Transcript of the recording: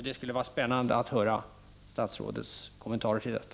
Det skulle vara spännande att höra statsrådets kommentarer till detta.